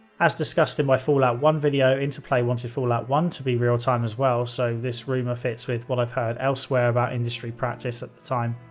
as discussed in my fallout one video, interplay wanted fallout one to be real-time as well, so this rumor fits with what i've heard elsewhere about industry practice at time.